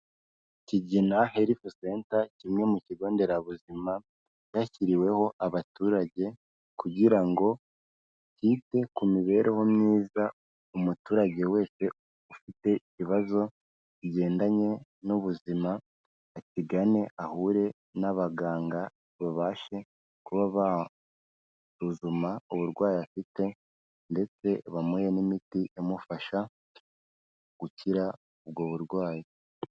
Kigina herifu senta kimwe mu kigo nderabuzima cyashyiriweho abaturage kugira ngo cyite ku mibereho myiza umuturage wese ufite ibibazo bigendanye n'ubuzima, akigane ahure n'abaganga babashe kuba basuzuma uburwayi afite ndetse bamuhe n'imiti imufasha gukira ubwo burwayi.